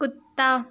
कुत्ता